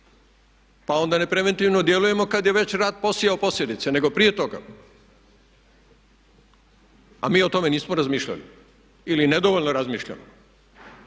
pa onda ne preventivno djelujemo kada je već rat posijao posljedice nego prije toga a mi o tome nismo razmišljali ili nedovoljno razmišljamo.